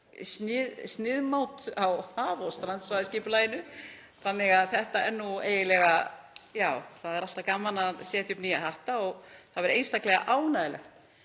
sniðmát á haf- og strandsvæðisskipulaginu. Þannig að þetta er nú eiginlega — já, það er alltaf gaman að setja upp nýja hatta og það er einstaklega ánægjulegt